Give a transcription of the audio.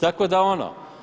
Tako da ono?